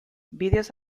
vídeos